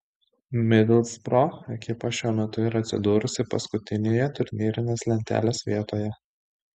midlsbro ekipa šiuo metu yra atsidūrusi paskutinėje turnyrinės lentelės vietoje